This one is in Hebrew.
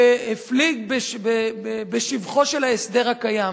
והפליג בשבחו של ההסדר הקיים.